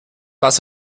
dass